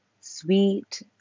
sweet